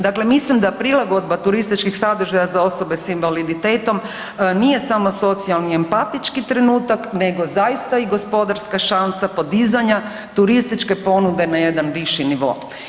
Dakle, mislim da prilagodba turističkih sadržaja za osobe s invaliditetom nije samo socijalni empatički trenutak nego zaista i gospodarska šansa podizanja turističke ponude na jedan viši nivo.